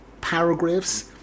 paragraphs